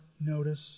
notice